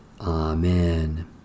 Amen